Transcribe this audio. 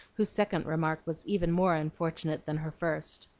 whose second remark was even more unfortunate than her first.